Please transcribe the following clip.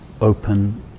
open